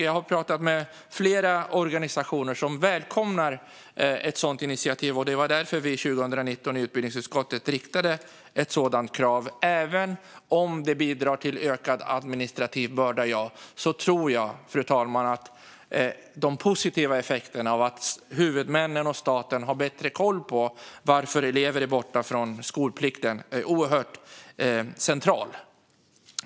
Jag har pratat med flera organisationer som välkomnar ett sådant initiativ. Det var därför vi i utbildningsutskottet 2019 riktade ett sådant krav. Även om det bidrar till ökad administrativ börda tror jag, fru talman, att de positiva effekterna av att huvudmännen och staten har bättre koll på varför elever är borta från skolplikten är oerhört centrala.